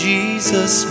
Jesus